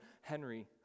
Henry